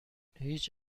هیچ